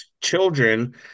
children